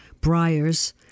briars